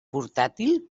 portàtil